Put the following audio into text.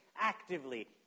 actively